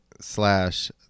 slash